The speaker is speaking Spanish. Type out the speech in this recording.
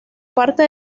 parte